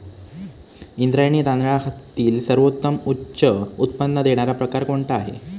इंद्रायणी तांदळातील सर्वोत्तम उच्च उत्पन्न देणारा प्रकार कोणता आहे?